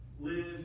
live